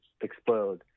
explode